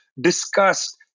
discussed